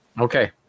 Okay